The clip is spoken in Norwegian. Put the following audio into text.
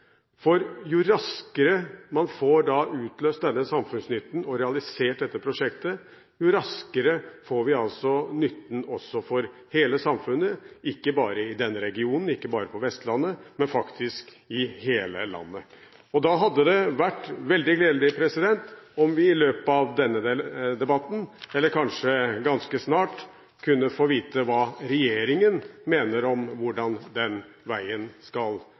for jo raskere man får utløst denne samfunnsnytten og realisert dette prosjektet, jo raskere får hele samfunnet nytte av det, ikke bare denne regionen, ikke bare Vestlandet, men faktisk hele landet. Da hadde det vært veldig gledelig om vi i løpet av denne debatten – eller kanskje ganske snart – kunne få vite hva regjeringen mener om hvordan denne veien skal